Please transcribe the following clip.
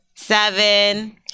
Seven